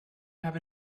have